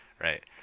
right